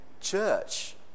church